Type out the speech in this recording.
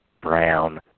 brown